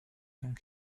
donc